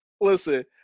listen